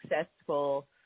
successful